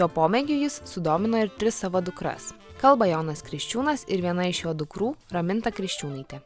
šiuo pomėgiu jis sudomino ir tris savo dukras kalba jonas kriščiūnas ir viena iš jo dukrų raminta kriščiūnaitė